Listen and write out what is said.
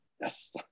Yes